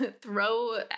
throw